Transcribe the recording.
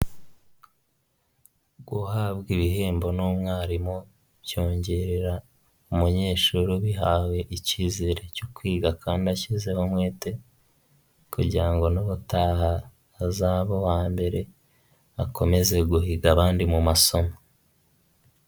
Guhabwa ibihembo n'umwarimu byongerera umunyeshuri ubihawe icyizere cyo kwiga kandi ashyizeho umwete kugira ngo n'ubataha azaba uwa mbere, akomeze guhiga abandi mu masomo.